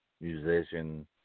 musician